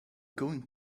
going